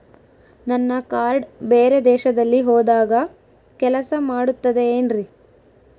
ನನ್ನ ಕಾರ್ಡ್ಸ್ ಬೇರೆ ದೇಶದಲ್ಲಿ ಹೋದಾಗ ಕೆಲಸ ಮಾಡುತ್ತದೆ ಏನ್ರಿ?